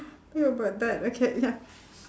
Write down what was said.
feel about that okay ya